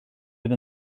fydd